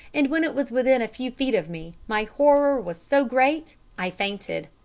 and when it was within a few feet of me, my horror was so great, i fainted.